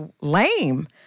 lame